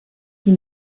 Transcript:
die